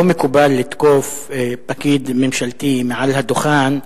לא מקובל לתקוף פקיד ממשלתי מעל הדוכן.